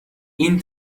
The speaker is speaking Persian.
این